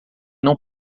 não